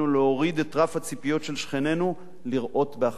את רף הציפיות של שכנינו לראות בהחלשתנו.